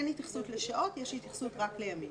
אין התייחסות לשעות, יש התייחסות רק לימים.